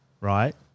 right